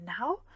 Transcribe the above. now